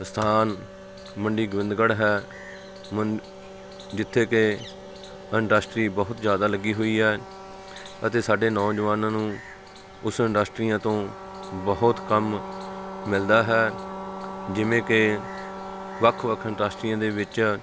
ਸਥਾਨ ਮੰਡੀ ਗੋਬਿੰਦਗੜ੍ਹ ਹੈ ਮਨ ਜਿੱਥੇ ਕਿ ਅੰਡਸਟਰੀ ਬਹੁਤ ਜ਼ਿਆਦਾ ਲੱਗੀ ਹੋਈ ਹੈ ਅਤੇ ਸਾਡੇ ਨੌਜਵਾਨਾਂ ਨੂੰ ਉਸ ਇੰਡਸਟਰੀਆਂ ਤੋਂ ਬਹੁਤ ਕੰਮ ਮਿਲਦਾ ਹੈ ਜਿਵੇਂ ਕਿ ਵੱਖ ਵੱਖ ਇੰਡਸਟਰੀਆਂ ਦੇ ਵਿੱਚ